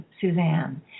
Suzanne